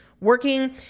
working